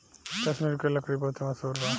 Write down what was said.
कश्मीर के लकड़ी बहुते मसहूर बा